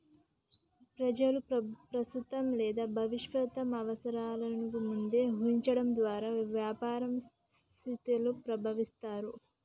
ప్రజలు ప్రస్తుత లేదా భవిష్యత్తు అవసరాలను ముందే ఊహించడం ద్వారా వ్యాపార సంస్థలు ప్రారంభిస్తారు